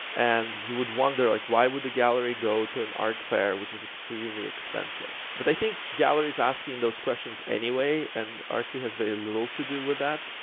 and you would wonder like, why would the gallery go to an art fair which is extremely expensive? but i think galleries are asking those questions anyway, and artsy has very little to do with that.